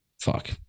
fuck